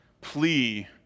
plea